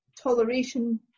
toleration